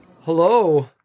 hello